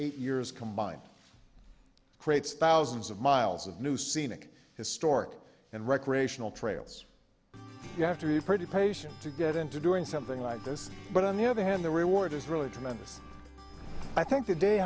eight years combined creates thousands of miles of new scenic historic and recreational trails you have to be pretty patient to get into doing something like this but on the other hand the reward is really tremendous i think the day